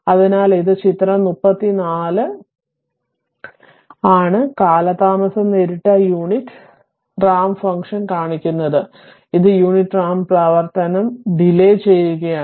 അതിനാൽ ഇത് ചിത്രം 34 ആണ് കാലതാമസം നേരിട്ട യൂണിറ്റ് റാമ്പ് ഫംഗ്ഷൻ കാണിക്കുന്നത് ഇത് യൂണിറ്റ് റാമ്പ് പ്രവർത്തനം ഡിലെ ചെയ്യുകയാണ്